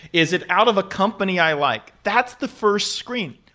is it out of a company i like? that's the first screen.